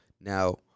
Now